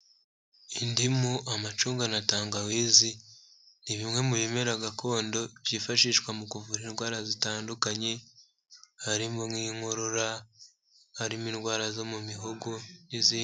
Indimu amacunga na tangawizi ni bimwe mu bimera gakondo byifashishwa mu kuvura indwara zitandukanye, harimo nk'inkorora harimo indwara zo mu mihogo n'izindi.